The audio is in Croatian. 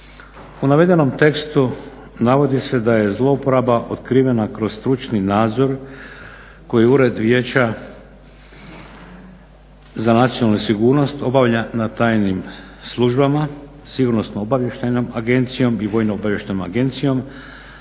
U navedenom tekstu navodi se da je zlouporaba otkrivena kroz stručni nadzor koji Ured vijeća za nacionalnu sigurnost obavlja na tajnim službama, Sigurno-obavještajnom agencijom i Vojno-obavještajnom agencijom,